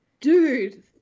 dude